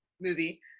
movie